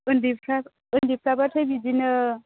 उन्दैफ्रा उन्दैफ्राब्लाथाय बिदिनो